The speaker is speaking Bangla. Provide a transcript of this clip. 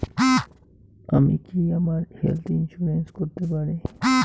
আমি কি আমার হেলথ ইন্সুরেন্স করতে পারি?